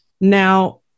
now